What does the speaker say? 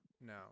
No